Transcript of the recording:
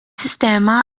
sistema